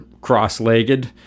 cross-legged